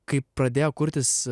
kai pradėjo kurtis